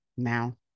Now